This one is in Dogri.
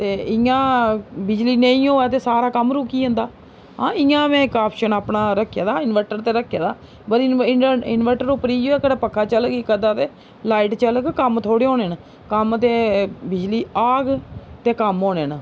ते इ'यां बिजली नेईं होऐ ते सारा कम्म रुकी जंदा हां इयां में इक आफशन अपना रक्खे दा इनवटर ते रक्खे दा पर इन इनवटर उप्पर इयो पक्खा चलग इक अद्धा ते लाइट चलग कम्म थोह्ड़े होने न कम्म ते बिजली आह्ग ते कम्म होने न